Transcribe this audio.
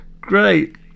great